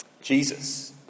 Jesus